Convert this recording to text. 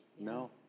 No